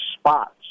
spots